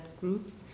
groups